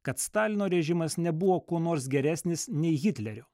kad stalino režimas nebuvo kuo nors geresnis nei hitlerio